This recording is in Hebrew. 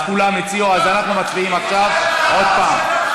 אז כולם הציעו, אז אנחנו מצביעים עכשיו עוד פעם.